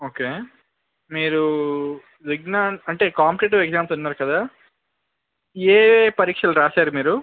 okay మీరు విజ్ఞాన్ అంటే competitive exams అన్నారు కదా ఏయే పరీక్షలు రాసారు మీరు